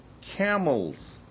camels